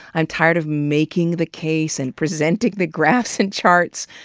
i'm tired of making the case and presenting the graphs and charts.